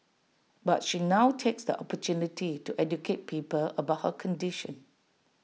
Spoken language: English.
but she now takes the opportunity to educate people about her condition